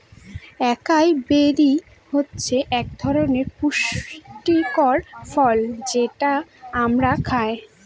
একাই বেরি হচ্ছে এক ধরনের পুষ্টিকর ফল যেটা আমরা খায়